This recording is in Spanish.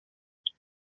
dos